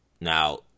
Now